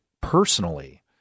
personally